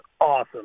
awesome